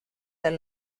del